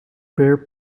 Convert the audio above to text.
bare